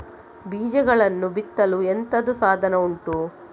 ಬೀಜಗಳನ್ನು ಬಿತ್ತಲು ಎಂತದು ಸಾಧನ ಉಂಟು?